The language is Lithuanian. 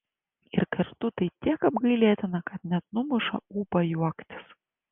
ir kartu tai tiek apgailėtina kad net numuša ūpą juoktis